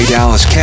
Dallas